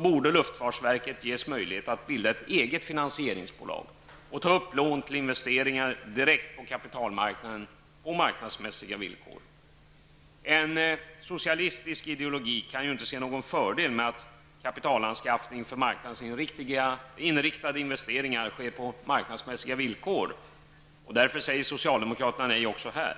borde luftfartsverket ges möjlighet att bilda ett eget finansieringsbolag och ta upp lån till investeringar direkt på kapitalmarknaden på marknadsmässiga villkor. En socialistisk ideologi kan ju inte se någon fördel med att kapitalanskaffning för marknadsinriktade investeringar sker på marknadsmässiga villkor, och därför säger socialdemokraterna nej också här.